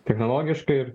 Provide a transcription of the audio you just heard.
technologiškai ir